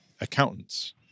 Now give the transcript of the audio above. accountants